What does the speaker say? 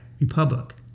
Republic